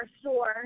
store